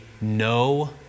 no